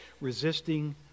Resisting